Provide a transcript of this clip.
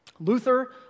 Luther